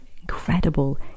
incredible